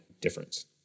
difference